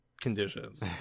conditions